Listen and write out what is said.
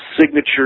signature